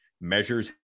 measures